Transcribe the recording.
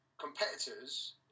competitors